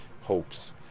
hopes